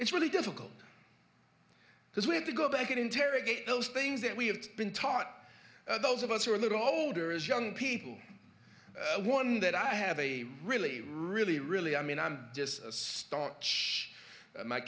it's really difficult because we had to go back and interrogate those things that we have been taught those of us who are a little older as young people one that i have a really really really i mean i'm just a star